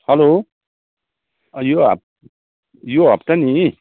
हलो यो हप् यो हप्ता नि